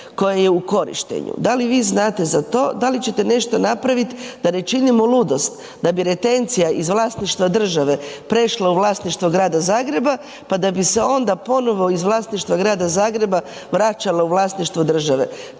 Da li vi znate za to? Da li ćete nešto napraviti da ne činimo ludost. Da bi retencija iz vlasništva države prešla u vlasništvo Grada Zagreba, pa da bi se onda ponovo iz vlasništva Grada Zagreba vraćalo u vlasništvo države.